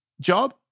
job